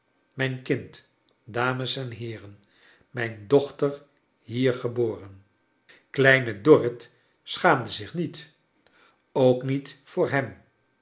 mijn kind dames en heeren mijn dochter hier geboren kleine dorrit schaamde zich niet ook niet voor hem